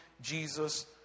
jesus